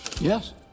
Yes